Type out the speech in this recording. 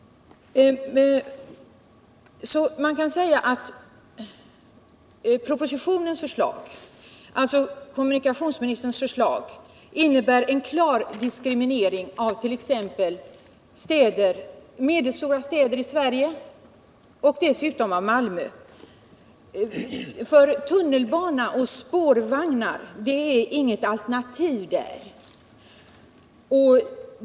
Propositionens förslag, alltså kommunikationsministerns förslag, innebär en klar diskriminering av t.ex. Malmö och medelstora städer i Sverige. Tunnelbana och spårvagn är inget alternativ där.